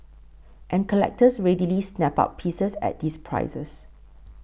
and collectors readily snap up pieces at these prices